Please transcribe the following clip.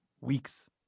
weeks